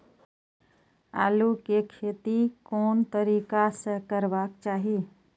आलु के खेती कोन तरीका से करबाक चाही?